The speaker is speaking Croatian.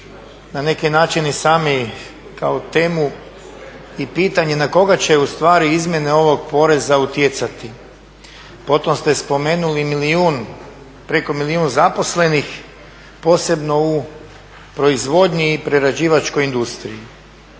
na neki način i sami kao temu i pitanje na koga će ustvari izmjene ovog poreza utjecati. Potom ste spomenuli preko milijun zaposlenih, posebno u proizvodnji i prerađivačkoj industriji.